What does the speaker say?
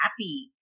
happy